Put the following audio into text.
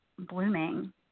blooming